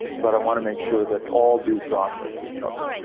but i wanna make sure that all due process is covered.